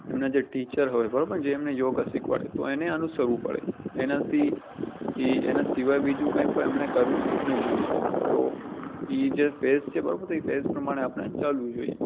એમના જે ટીચર હોય બરાબર ને જે એમને યોગ શીખવાડે તો એને અનુસરવું પડે એનાથી એ એના સિવાય બીજું કંઈ પણ એમણે કરવું ન જોઈએ તો એ જે ફેઝ છે બરાબર એ ફેઝ પ્રમાણે આપણે ચાલવું જોઈએ